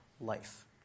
life